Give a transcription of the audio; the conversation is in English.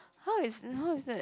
how is this how is that